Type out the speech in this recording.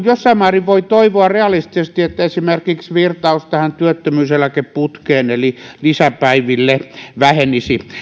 jossain määrin voi toivoa realistisesti että esimerkiksi virtaus tähän työttö myyseläkeputkeen eli lisäpäiville vähenisi